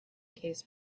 case